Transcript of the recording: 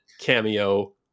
cameo